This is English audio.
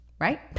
right